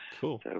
cool